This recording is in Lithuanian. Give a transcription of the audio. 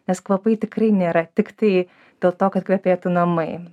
nes kvapai tikrai nėra tiktai dėl to kad kvepėtų namai